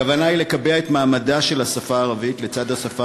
הכוונה היא לקבע את מעמדה של השפה הערבית לצד השפה